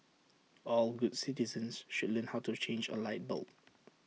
all good citizens should learn how to change A light bulb